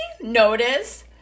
notice